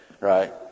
Right